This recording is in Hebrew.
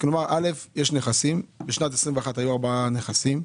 כלומר, יש נכסים, ובשנת 2021 היו ארבעה נכסים.